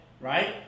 right